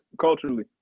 culturally